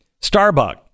Starbucks